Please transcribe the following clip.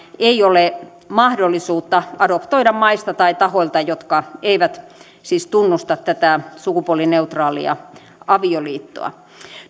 ei ole mahdollisuutta adoptoida maista tai tahoilta jotka eivät tunnusta tätä sukupuolineutraalia avioliittoa